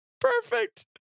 Perfect